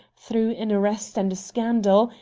through an arrest and a scandal,